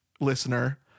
listener